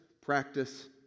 practice